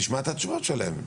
נשמע את התשובות שלהם.